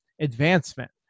Advancement